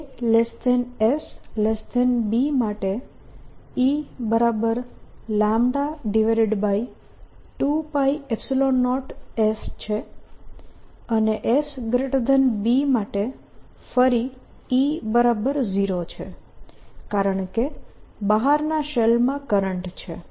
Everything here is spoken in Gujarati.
aSb માટે E2π0s છે અને sb માટે ફરી E0 છે કારણકે બહારના શેલમાં કરંટ છે